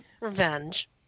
revenge